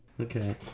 Okay